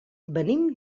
venim